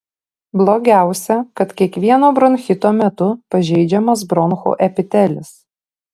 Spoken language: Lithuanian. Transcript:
blogiausia kad kiekvieno bronchito metu pažeidžiamas bronchų epitelis